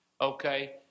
Okay